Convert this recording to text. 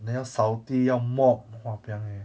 then 要扫地要 mop wah piang eh